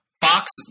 Fox